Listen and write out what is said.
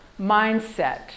mindset